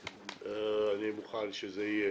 אני מוכן שזה יהיה